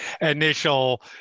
initial